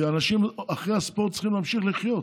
כי אנשים אחרי הספורט צריכים להמשיך לחיות.